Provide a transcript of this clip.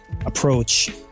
approach